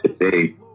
today